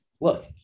Look